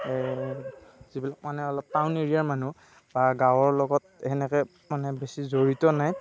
যিবিলাক মানে অলপ টাউন এৰিয়াৰ মানুহ মানে গাঁৱৰ লগত ধৰি লওক এনেকৈ বেছি জড়িত নাই